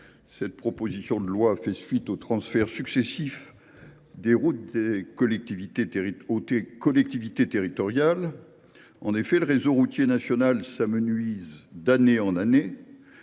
Cette proposition de loi fait suite aux transferts successifs des routes aux collectivités territoriales. En effet, le réseau routier national s’amenuise d’année en année.